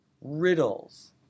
riddles